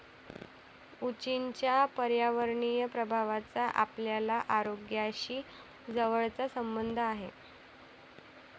उंचीच्या पर्यावरणीय प्रभावाचा आपल्या आरोग्याशी जवळचा संबंध आहे